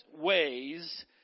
ways